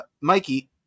mikey